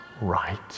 right